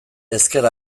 ezker